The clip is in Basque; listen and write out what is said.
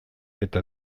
eta